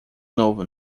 novo